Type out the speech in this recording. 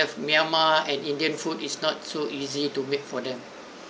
if myanmar and indian food is not so easy to made for them